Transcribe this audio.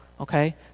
okay